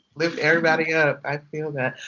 lift everybody up. i feel that.